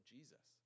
Jesus